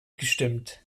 gestimmt